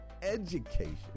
education